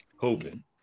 hoping